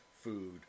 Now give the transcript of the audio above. food